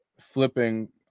flipping